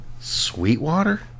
Sweetwater